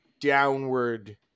downward